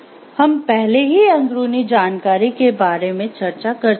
हम पहले ही अंदरूनी जानकारी के बारे में चर्चा कर चुके हैं